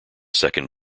second